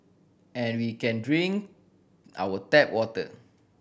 and we can drink our tap water